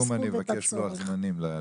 בסיכום אני אבקש לוח זמנים לכך.